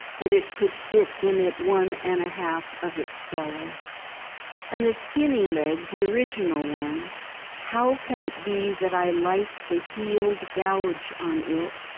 that it could fit in it one and a half of its fellow and the skinny leg, the original one how can it be that i like the healed gouge on it,